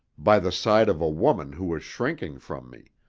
by the side of a woman who was shrinking from me,